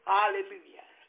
Hallelujah